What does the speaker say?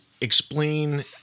explain